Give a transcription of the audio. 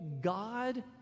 God